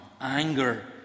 anger